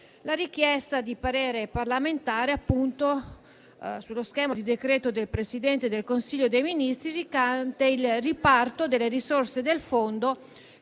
la richiesta di parere parlamentare sullo schema di decreto del Presidente del Consiglio dei ministri, recante il riparto delle risorse del fondo